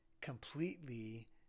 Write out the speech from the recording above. completely